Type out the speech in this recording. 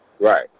Right